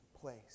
place